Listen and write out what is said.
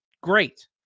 Great